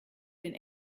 den